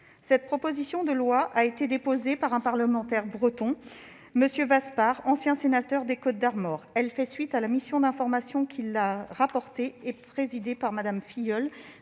Cette proposition de loi a été déposée par un parlementaire breton, M. Vaspart, ancien sénateur des Côtes-d'Armor. Elle fait suite à la mission d'information qui était présidée par Mme Filleul